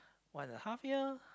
one and a half year